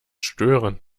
stören